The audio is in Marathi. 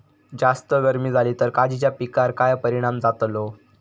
जास्त गर्मी जाली तर काजीच्या पीकार काय परिणाम जतालो?